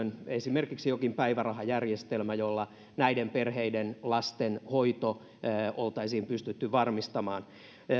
esimerkiksi jokin päivärahajärjestelmä jolla näiden perheiden lasten hoito oltaisiin pystytty varmistamaan